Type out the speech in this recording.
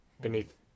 beneath